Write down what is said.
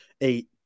eight